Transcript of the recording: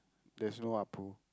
there's no Appu